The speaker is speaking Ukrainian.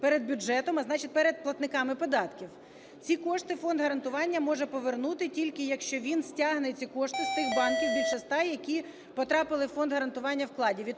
перед бюджетом, а значить, перед платниками податків. Ці кошти Фонд гарантування може повернути тільки, якщо він стягне ці кошти з тих банків, більше ста, які потрапили у Фонд гарантування вкладів.